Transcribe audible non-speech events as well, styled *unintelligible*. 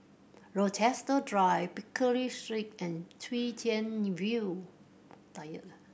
Rochester Drive Pickering Street and Chwee Chian View *unintelligible*